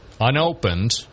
unopened